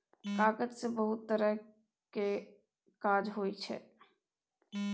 कागज सँ बहुत तरहक काज होइ छै